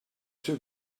too